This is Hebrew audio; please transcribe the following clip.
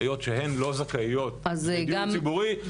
היות שהן לא זכאיות לדיור ציבורי,